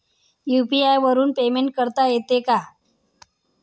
UPI वरून payment करता येते का?